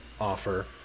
offer